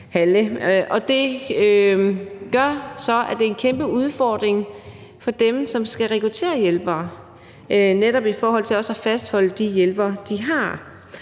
Det gør så, at det er en kæmpe udfordring for dem, som skal rekruttere hjælpere, f.eks. i forhold til også at fastholde de hjælpere, de har.